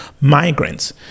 migrants